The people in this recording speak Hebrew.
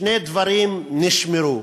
שני דברים נשמרו: